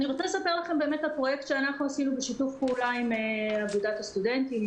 אני רוצה לספר לכם על פרויקט שעשינו בשיתוף פעולה עם אגודת הסטודנטים,